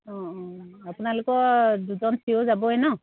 অঁ অঁ আপোনালোকৰ দুজন চিওৰ যাবই ন